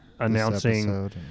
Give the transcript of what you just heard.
Announcing